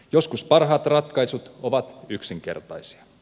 joskus parhaat ratkaisut ovat yksinkertaisia